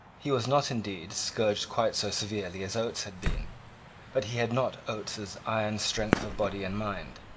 he was not, indeed, scourged quite so severely as oates had been but he had not oates's iron strength of body and mind.